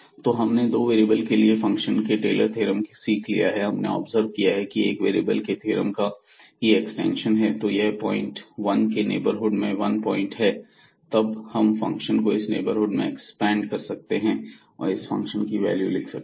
तो हमने दो वेरिएबल के फंक्शन के लिए टेलर थ्योरम सीख लिया है और हमने ऑब्जर्व किया है कि यह एक वेरिएबल के थ्योरम का ही एक्सटेंशन है तो यह इस पॉइंट वन के नेबरहुड का 1 पॉइंट है तब हम फंक्शन को इस नेबरहुड में एक्सपेंड कर सकते हैं और इस फंक्शन की वैल्यू लिख सकते हैं